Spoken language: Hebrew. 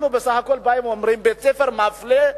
בסך הכול אנחנו אומרים שבית-ספר מפלה,